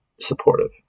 supportive